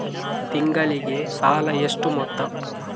ತಿಂಗಳಿಗೆ ಸಾಲ ಎಷ್ಟು ಮೊತ್ತ?